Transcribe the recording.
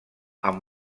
amb